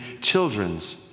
children's